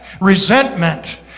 resentment